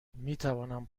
میتوانم